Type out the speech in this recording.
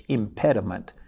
impediment